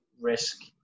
risk –